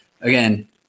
again